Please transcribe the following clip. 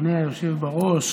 אדוני היושב-ראש,